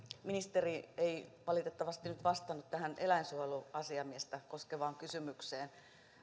ministeri ei valitettavasti nyt vastannut tähän eläinsuojeluasiamiestä koskevaan kysymykseen